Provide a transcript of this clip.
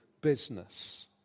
business